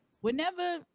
Whenever